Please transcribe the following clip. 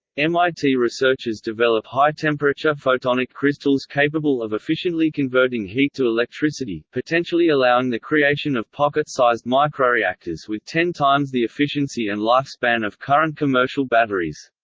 mit researchers develop high-temperature photonic photonic crystals capable of efficiently converting heat to electricity, potentially allowing the creation of pocket-sized microreactors with ten times the efficiency and lifespan of current commercial batteries.